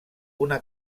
una